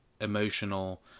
emotional